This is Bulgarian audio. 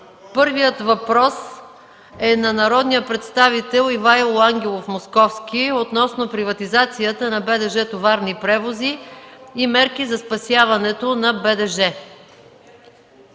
Първият въпрос е на народния представител Ивайло Ангелов Московски относно приватизацията на БДЖ „Товарни превози” и мерки за спасяването на БДЖ.